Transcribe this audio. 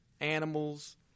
animals